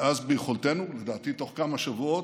ואז ביכולתנו, לדעתי, בתוך כמה שבועות,